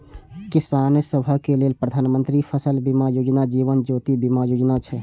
किसान सभक लेल प्रधानमंत्री फसल बीमा योजना, जीवन ज्योति बीमा योजना छै